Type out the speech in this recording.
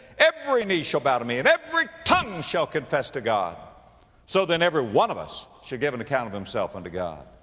every knee shall bow to me, and every tongue shall confess to god so then every one of us shall give and account of himself um to god.